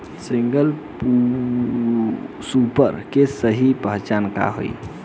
Single super के सही पहचान का हई?